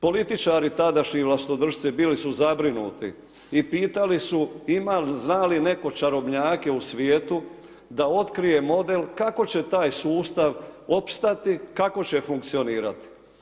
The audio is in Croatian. Političari, tadašnji vlastodršci bili su zabrinuti i pitali su ima li, zna li netko čarobnjake u svijetu, da otkrije model kako će taj sustav opstati, kako će funkcionirati?